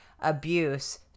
abuse